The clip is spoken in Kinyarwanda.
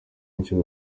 inshuro